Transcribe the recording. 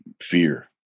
fear